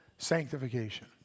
Sanctification